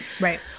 right